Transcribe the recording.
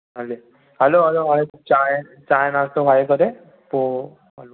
हले हलो हलो हाणे चांहि चांहि नाश्तो खाए करे पोइ हलूं था